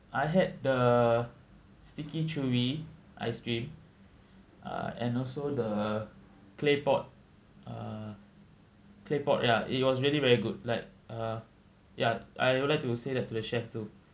I had the sticky chewy ice cream ah and also the clay pot uh clay pot ya it was really very good like uh ya I would like to say that to the chef too